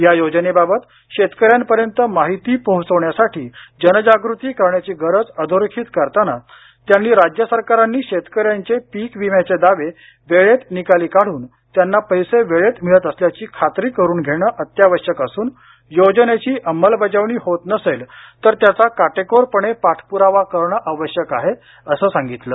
या योजनेबाबत शेतकऱ्यांपर्यंत माहिती पोहोचवण्यासाठी जनजागृती करण्याची गरज अधोरेखित करतानाच त्यांनी राज्य सरकारांनी शेतकऱ्यांचे पीक विम्याचे दावे वेळेत निकाली काढून त्यांना पैसे वेळेत मिळत असल्याची खातरी करून घेणं अत्यावश्यक असून योजनेची अंमलबजावणी होत नसेल तर त्याचा काटेकोरपणे पाठपुरावा करणं आवश्यक आहे असं सांगितलं